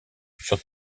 sur